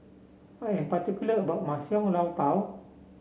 I am particular about my Xiao Long Bao